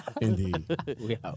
Indeed